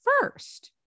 first